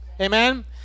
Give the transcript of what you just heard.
Amen